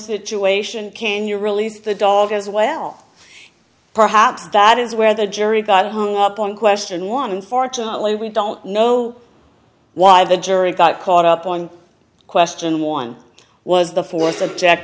situation can you release the dog as well perhaps that is where the jury got hung up on question one unfortunately we don't know why the jury got caught up on question one was the fourth